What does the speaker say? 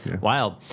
Wild